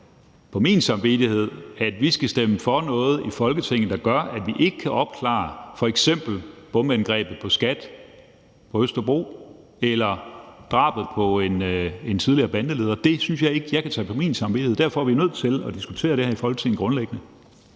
på min samvittighed, at vi stemmer for noget i Folketinget, der gør, at vi f.eks. ikke kan opklare bombeangrebet på Skattestyrelsen på Østerbro eller drabet på en tidligere bandeleder. Det synes jeg ikke at jeg kan tage på min samvittighed, og derfor er vi nødt til at diskutere det her grundlæggende